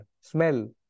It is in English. smell